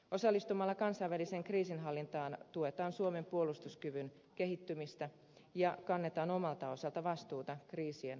osallistumalla kansainväliseen kriisinhallintaan tuetaan suomen puolustuskyvyn kehittymistä ja kannetaan omalta osalta vastuuta kriisien hallinnasta